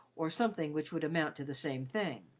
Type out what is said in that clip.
or something which would amount to the same thing.